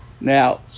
Now